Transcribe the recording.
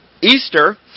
Easter